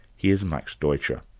here's max deutscher.